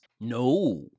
no